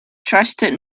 trusted